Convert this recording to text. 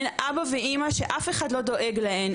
אין אבא ואמא שאף אחד לא דואג להן,